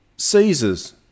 Caesars